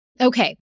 Okay